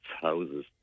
houses